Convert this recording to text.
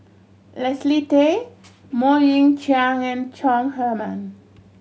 Leslie Tay Mok Ying Jang and Chong Heman